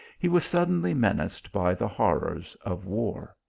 he was suddenly menaced by the horrors of war.